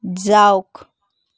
যাওক